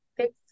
six